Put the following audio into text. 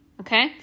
okay